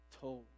told